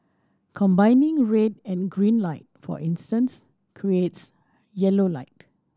combining red and green light for instance creates yellow light